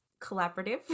collaborative